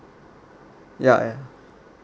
ya ya